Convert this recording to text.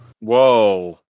Whoa